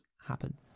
happen